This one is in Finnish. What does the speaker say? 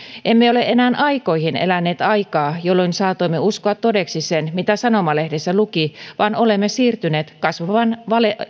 emme ole enää aikoihin eläneet aikaa jolloin saatoimme uskoa todeksi sen mitä sanomalehdissä luki vaan olemme siirtyneet kasvavan